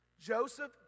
Joseph